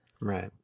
Right